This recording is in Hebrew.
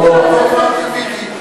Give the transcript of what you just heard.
לא דיברתי על מיקי.